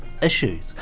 issues